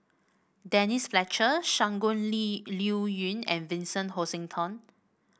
Denise Fletcher Shangguan Li Liuyun and Vincent Hoisington